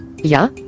Ja